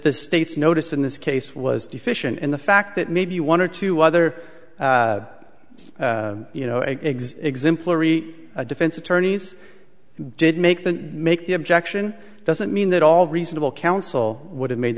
e state's notice in this case was deficient in the fact that maybe one or two other exe exemplary defense attorneys did make the make the objection doesn't mean that all reasonable counsel would have made